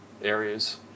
areas